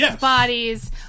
bodies